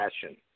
passion